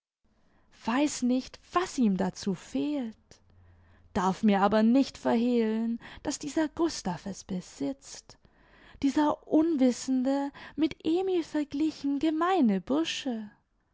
weiß nicht was ihm dazu fehlt darf mir aber nicht verhehlen daß dieser gustav es besitzt dieser unwissende mit emil verglichen gemeine bursche